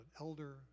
elder